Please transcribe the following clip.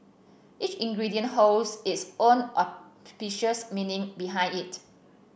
each ingredient holds its own auspicious meaning behind it